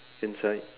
inside